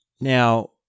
Now